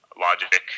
logic